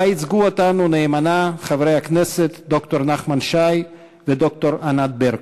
ובה ייצגו אותנו נאמנה חברי הכנסת ד"ר נחמן שי וד"ר ענת ברקו.